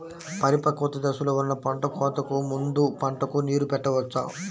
పరిపక్వత దశలో ఉన్న పంట కోతకు ముందు పంటకు నీరు పెట్టవచ్చా?